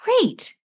great